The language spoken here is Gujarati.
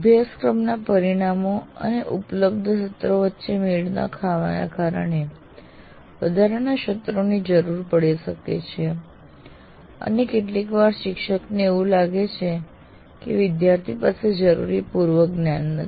અભ્યાસક્રમના પરિણામો અને ઉપલબ્ધ સત્રો વચ્ચે મેળ ન ખાવાના કારણે વધારાના સત્રોની જરૂર પડી શકે છે અને કેટલીકવાર શિક્ષકને એવું લાગે છે વિદ્યાર્થીઓ પાસે જરૂરી પૂર્વ જ્ઞાન નથી